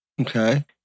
Okay